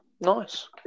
nice